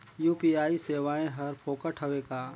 UPI सेवाएं हर फोकट हवय का?